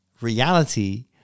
reality